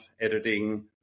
editing